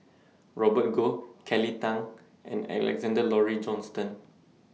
Robert Goh Kelly Tang and Alexander Laurie Johnston